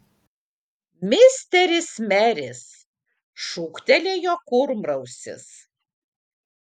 misteris meris šūktelėjo kurmrausis